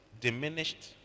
diminished